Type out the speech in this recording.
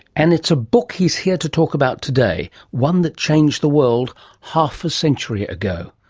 and it's a book he's here to talk about today, one that changed the world half a century ago.